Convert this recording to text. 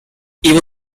even